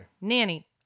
Nanny